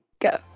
go